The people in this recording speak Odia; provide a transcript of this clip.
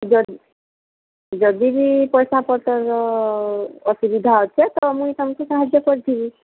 ଯଦିବି ପଇସା ପତରର ଅସୁବିଧା ଅଛେ ତା ମୁଇଁ ସେମିତି ସାହାଯ୍ୟ କରଥିବି